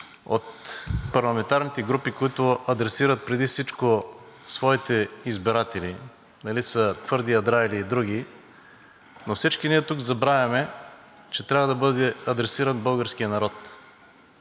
от парламентарните групи, които адресират преди всичко своите избиратели – дали са твърди ядра, или други, но всички ние тук забравяме, че трябва да бъде адресиран българският народ.